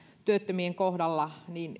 työttömien kohdalla